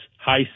high